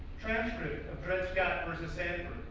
transcript of dread scott versus sanford.